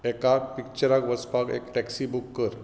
एकाक पिक्चराक वचपाक एक टेक्सी बूक कर